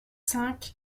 cinq